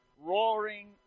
Roaring